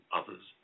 others